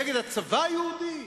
נגד הצבא היהודי?